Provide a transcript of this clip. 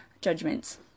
judgments